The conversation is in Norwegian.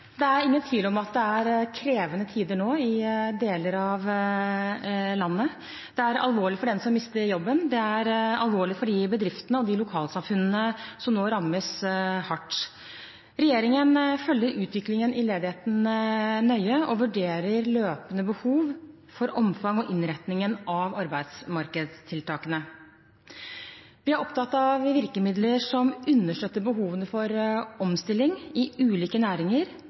Det er ingen tvil om at det nå er krevende tider i deler av landet. Det er alvorlig for den som mister jobben, og det er alvorlig for de bedriftene og de lokalsamfunnene som rammes hardt. Regjeringen følger utviklingen i ledigheten nøye og vurderer løpende behovet for omfang og innretningen av arbeidsmarkedstiltakene. Vi er opptatt av virkemidler som understøtter behovene for omstilling i ulike næringer,